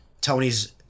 Tony's